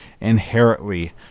inherently